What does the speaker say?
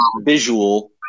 visual